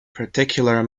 particular